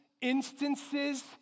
instances